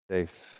Safe